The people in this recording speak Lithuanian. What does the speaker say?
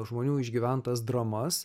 žmonių išgyventas dramas